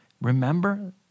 remember